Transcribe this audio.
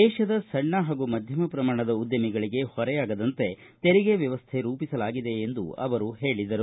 ದೇಶದ ಸಣ್ಣ ಹಾಗೂ ಮಧ್ದಮ ಪ್ರಮಾಣದ ಉದ್ದಮಿಗಳಿಗೆ ಹೊರೆಯಾಗದಂತೆ ತೆರಿಗೆ ವ್ಣವಸ್ಥೆ ರೂಪಿಸಲಾಗಿದೆ ಎಂದು ಅವರು ಹೇಳಿದರು